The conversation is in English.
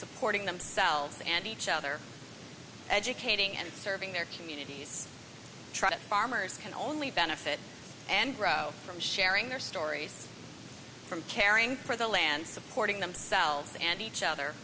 supporting themselves and each other educating and serving their communities try to farmers can only benefit and grow from sharing their stories from caring for the land supporting themselves and each other